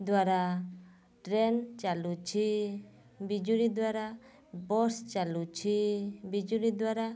ଦ୍ଵାରା ଟ୍ରେନ୍ ଚାଲୁଛି ବିଜୁଳି ଦ୍ଵାରା ବସ୍ ଚାଲୁଛି ବିଜୁଳି ଦ୍ଵାରା